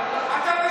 שקרן.